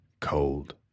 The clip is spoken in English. cold